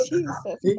Jesus